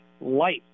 life